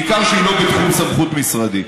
בעיקר שהיא לא בתחום סמכות משרדי.